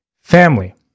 family